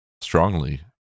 strongly